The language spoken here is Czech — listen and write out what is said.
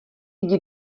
jdi